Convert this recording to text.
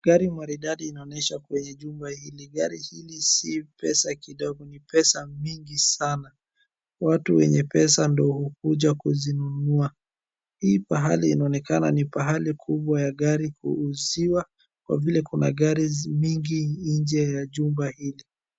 Gari maridadi inaonyesha kwenye jumba hili. Gari hili si pesa kidogo, ni pesa mingi sana. Watu wenye pesa ndo hukuja kuzinunua. Hii pahali inaonekana ni pahali kubwa ya gari kuuziwa, kwa vile kuna gari mingi nje ya jumba hili.